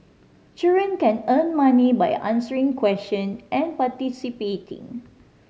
children can earn money by answering question and participating